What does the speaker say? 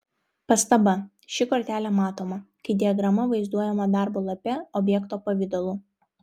pastaba ši kortelė matoma kai diagrama vaizduojama darbo lape objekto pavidalu